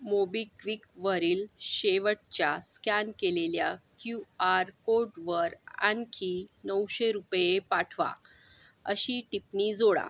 मोबिक्विकवरील शेवटच्या स्कॅन केलेल्या Q R कोडवर आणखी नऊशे रुपये पाठवा अशी टिपणी जोडा